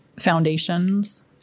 foundations